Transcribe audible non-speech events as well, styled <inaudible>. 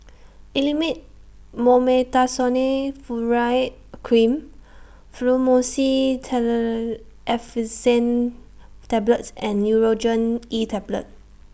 Elomet Mometasone <unintelligible> Cream Fluimucil <unintelligible> Effervescent Tablets and Nurogen E Tablet